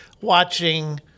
watching